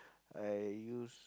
I use